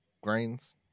grains